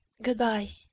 good-bye.